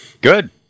Good